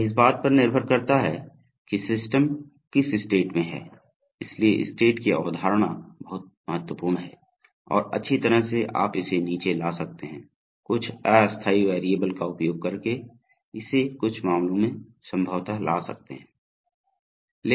यह इस बात पर निर्भर करता है कि सिस्टम किस स्टेट में है इसलिए स्टेट की अवधारणा बहुत महत्वपूर्ण है और अच्छी तरह से आप इसे नीचे ला सकते हैं कुछ अस्थायी वेरिएबल का उपयोग करके इसे कुछ मामलों में संभवतः ला सकते हैं